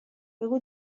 بگو